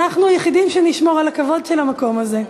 אנחנו היחידים שנשמור על הכבוד של המקום הזה.